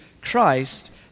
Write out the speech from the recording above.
Christ